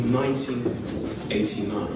1989